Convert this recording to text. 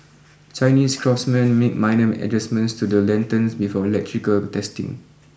chinese craftsmen make minor adjustments to the lanterns before electrical testing